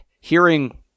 hearing